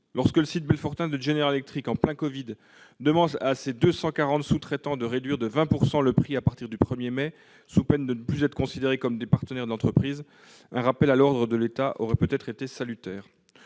Lorsque le site belfortain de General Electric, en pleine épidémie de Covid-19, a demandé à ses 240 sous-traitants de réduire de 20 % leur prix à partir du 1 mai, sous peine de ne plus être considérés comme des partenaires de l'entreprise, un rappel à l'ordre de l'État aurait peut-être été salutaire.